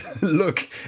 look